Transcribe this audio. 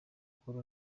akora